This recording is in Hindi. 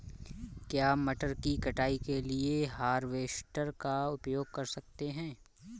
क्या मटर की कटाई के लिए हार्वेस्टर का उपयोग कर सकते हैं?